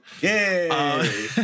Yay